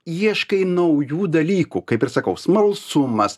ieškai naujų dalykų kaip ir sakau smalsumas